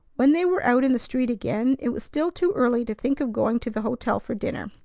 when they were out in the street again, it was still too early to think of going to the hotel for dinner.